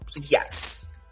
yes